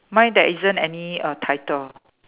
mine there isn't any err title